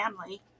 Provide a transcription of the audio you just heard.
family